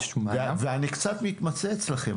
אני קצת מתמצה אצלכם.